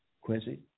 Quincy